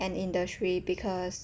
an industry because